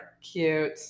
Cute